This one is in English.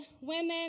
Women